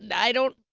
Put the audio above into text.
and i don't,